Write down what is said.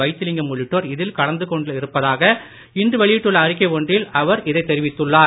வைத்திலிங்கம் உள்ளிட்டோர் இதில் கலந்துகொள்ள இருப்பதாக இன்று வெளியிட்டுள்ள அறிக்கை ஒன்றில் அவர் இதைத் தெரிவித்துள்ளார்